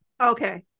Okay